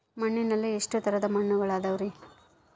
ಮಣ್ಣಿನಲ್ಲಿ ಎಷ್ಟು ತರದ ಮಣ್ಣುಗಳ ಅದವರಿ?